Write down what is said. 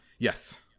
Yes